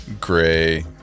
gray